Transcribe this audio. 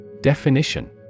Definition